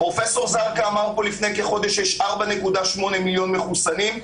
פרופ' אמר לפני כחודש שיש 4.8 מיליון מחוסנים,